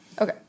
Okay